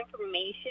information